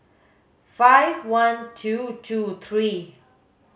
five one two two three